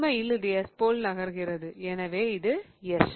உண்மையில் இது S போல நகர்கிறது எனவே இது S